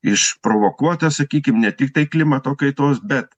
išprovokuota sakykim ne tiktai klimato kaitos bet